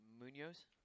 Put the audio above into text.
Munoz